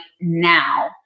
now